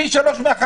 פי שלושה מהחרדים,